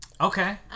Okay